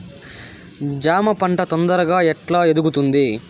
జామ పంట తొందరగా ఎట్లా ఎదుగుతుంది?